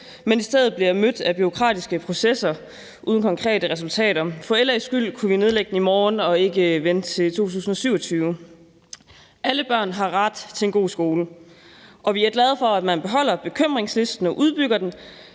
men i stedet bliver de mødt af bureaukritiske processer uden konkrete resultater. For LA's skyld kunne vi nedlægge den i morgen og ikke vente til 2027. Alle børn har ret til en god skole, og vi er glade for, at man beholder bekymringslisten og udbygger den.